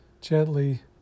gently